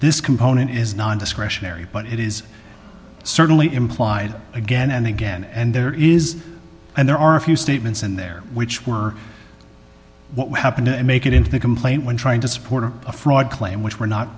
this component is non discretionary but it is certainly implied again and again and there is and there are a few statements in there which were what happened to make it into the complaint when trying to support of a fraud claim which we're not